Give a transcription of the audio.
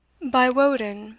by woden,